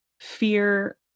fear